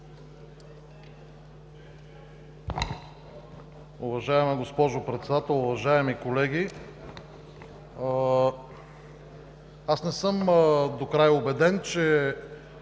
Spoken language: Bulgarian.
Уважаема госпожо Председател, уважаеми колеги! Аз не съм докрай убеден, че